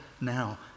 now